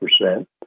percent